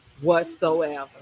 Whatsoever